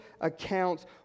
accounts